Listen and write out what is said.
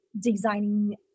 designing